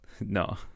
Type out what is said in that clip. No